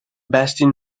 bastion